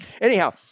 Anyhow